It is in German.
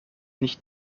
nicht